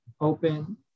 open